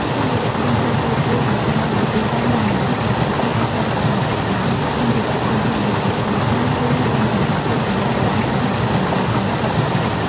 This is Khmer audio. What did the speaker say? សម្ភារៈផ្សេងៗទៀត គឺអាស្រ័យលើទីតាំង និងតម្រូវការ ពួកគេអាចត្រូវបានបំពាក់ដោយសម្ភារៈផ្សេងៗដូចជា កូនសោរ ឬបណ្ណសម្គាល់ខ្លួនអេឡិចត្រូនិចសម្រាប់ចូលតំបន់ហាមឃាត់ជាដើម។